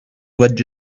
what